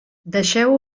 deixeu